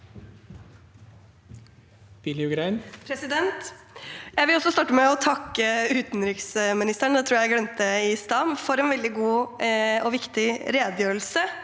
Jeg vil starte med å takke utenriksministeren for en veldig god og viktig redegjørelse